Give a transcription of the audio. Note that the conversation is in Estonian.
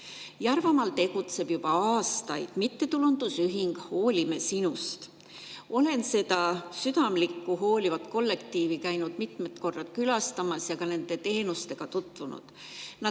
Järvamaal tegutseb juba aastaid mittetulundusühing Me Hoolime Sinust. Olen seda südamlikku hoolivat kollektiivi käinud mitmed korrad külastamas ja ka nende teenustega tutvunud.